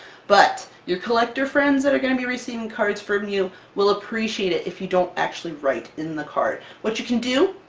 but your collector friends that are going to be receiving cards from you will appreciate it if you don't actually write in the card! what you can do,